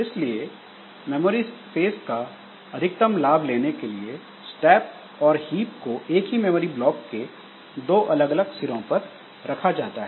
इसलिए memory space का अधिकतम लाभ लेने के लिए स्टैक और हीप को एक ही मेमोरी ब्लॉक के दो अलग अलग सिरों पर रखा जाता है